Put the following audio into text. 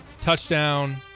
touchdown